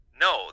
No